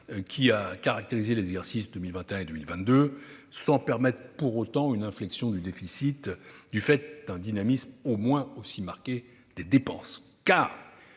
qui a caractérisé les exercices 2021 et 2022, sans permettre pour autant une inflexion du déficit du fait d'un dynamisme tout aussi marqué des dépenses.